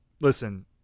listen